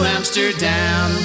Amsterdam